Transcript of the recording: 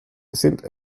sind